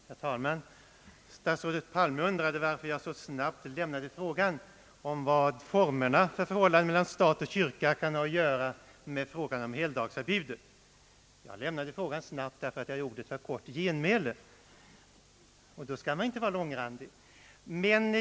Herr talman! Statsrådet Palme undrade varför jag så snabbt lämnade frågan om vad formerna för förhållandet mellan stat och kyrka kan ha att göra med frågan om helgdagsförbudet. Jag lämnade frågan snabbt, ty det var bara ett kort genmäle, och då kan man inte vara långrandig.